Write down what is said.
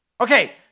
Okay